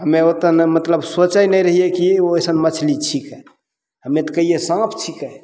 हमे ओतने मतलब सोचय नहि रहियै कि ओइसन मछली छिकै हमे तऽ कहियै साँप छिकै